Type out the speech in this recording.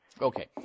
Okay